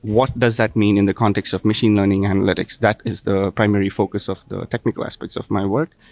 what does that mean in the context of machine learning analytics? that is the primary focus of the technical aspects of my work.